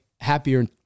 happier